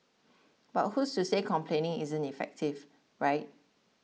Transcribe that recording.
but who's to say complaining isn't effective right